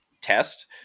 test